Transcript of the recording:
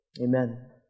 Amen